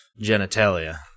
genitalia